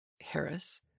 Harris